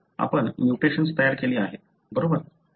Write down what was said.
तर आपण म्युटेशन तयार केले आहे बरोबर